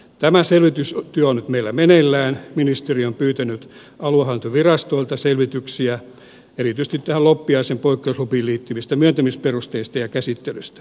tämä selvitystyö on nyt meillä meneillään ministeriö on pyytänyt aluehallintovirastoilta selvityksiä erityisesti loppiaisen poikkeuslupiin liittyvistä myöntämisperusteista ja käsittelystä